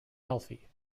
healthy